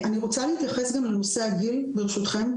אני רוצה להתייחס גם לנושא הגיל ברשותכם,